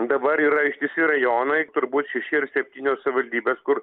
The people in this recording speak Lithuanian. dabar yra ištisi rajonai turbūt šeši ar septynios savivaldybės kur